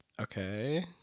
Okay